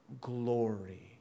glory